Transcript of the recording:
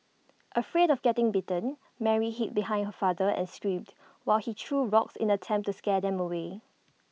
afraid of getting bitten Mary hid behind her father and screamed while he threw rocks in an attempt to scare them away